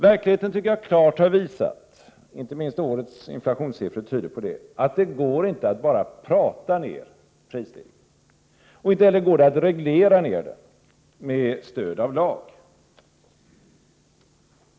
Verkligheten har, tycker jag, klart visat — det tyder inte minst årets inflationssiffror på — att det inte går att prata ned prisstegringarna. Inte heller går det att reglera ned dem med stöd av lag.